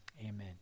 amen